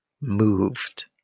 moved